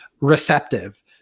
receptive